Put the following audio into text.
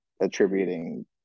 attributing